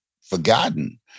forgotten